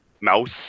mouse